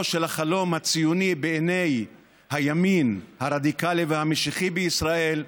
של החלום הציוני בעיני הימין הרדיקלי והמשיחי בישראל,